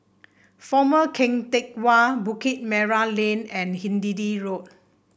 Former Keng Teck Whay Bukit Merah Lane and Hindhede Walk